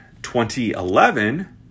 2011